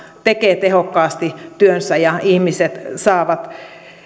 tekee tehokkaasti työnsä ja ihmiset saavat